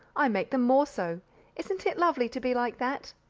i make them more so isn't it lovely to be like that?